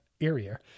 area